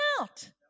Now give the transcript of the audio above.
out